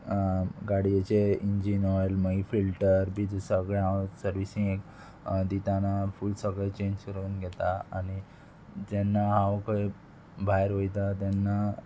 गाडयेचें engine oil मागीर filter बी सगळें हांव सर्विसींगेक दिताना फूल सगळें चेंज करून घेता आनी जेन्ना हांव खंय भायर वयता तेन्ना